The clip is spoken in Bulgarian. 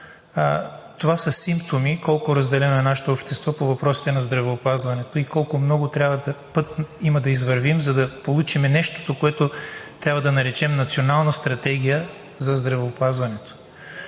това са симптоми колко разделено е нашето общество по въпросите на здравеопазването и колко много път има да извървим, за да получим нещото, което трябва да наречем Национална стратегия за здравеопазването.